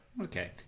okay